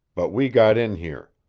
but we got in here.